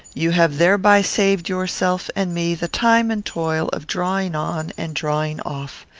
you have thereby saved yourself and me the time and toil of drawing on and drawing off.